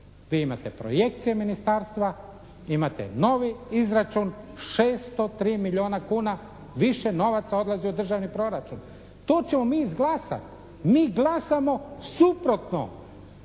vi imate projekcije ministarstva, imate novi izračun 603 milijuna kuna više novaca odlazi u državni proračun. To ćemo mi izglasati. Mi glasamo suprotno